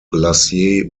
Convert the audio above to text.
glacier